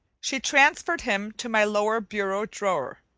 she transferred him to my lower bureau drawer,